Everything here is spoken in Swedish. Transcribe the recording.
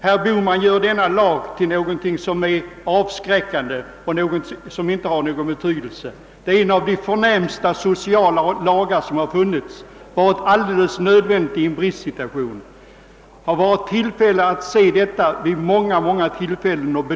Herr Bohman vill göra denna lag till någonting som är avskräckande och som inte har någon betydelse. Den är emellertid en av de förnämsta sociala lagar som har funnits och den har varit alldeles nödvändig i en bristsituation. Jag har kunnat konstatera detta vid många tillfällen.